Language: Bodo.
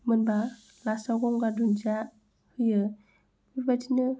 मोनबा लास्टआव गंगार दुनदिया होयो बेबादिनो